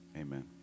Amen